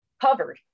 covered